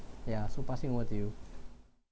ya so passing over to you